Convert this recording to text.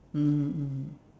mm mm